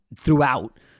throughout